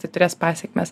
tai turės pasekmes